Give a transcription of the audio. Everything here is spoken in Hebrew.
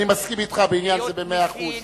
בעניין זה אני מסכים אתך במאה אחוז.